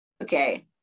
okay